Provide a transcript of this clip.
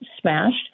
smashed